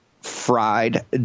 fried